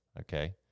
okay